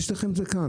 יש לכם את זה כאן,